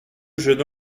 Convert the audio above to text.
jeune